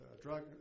drug